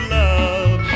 love